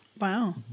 Wow